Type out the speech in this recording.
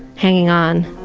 hanging on.